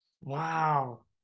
Wow